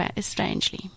strangely